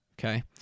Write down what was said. Okay